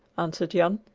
answered jan.